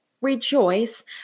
rejoice